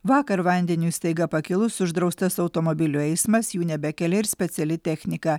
vakar vandeniui staiga pakilus uždraustas automobilių eismas jų nebekelia ir speciali technika